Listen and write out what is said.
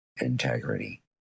integrity